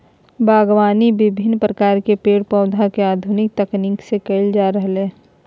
बागवानी विविन्न प्रकार के पेड़ पौधा के आधुनिक तकनीक से कैल जा रहलै